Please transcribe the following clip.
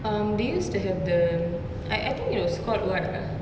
um they used to have the I I think it was called what ah